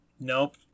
Nope